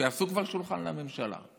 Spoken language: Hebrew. שיעשו כבר שולחן לממשלה,